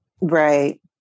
Right